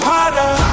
Harder